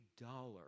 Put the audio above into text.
dollar